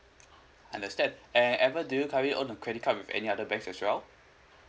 understand and evan do you currently own a credit card with any other banks as well